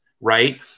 Right